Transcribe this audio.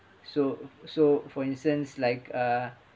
so so for instance like uh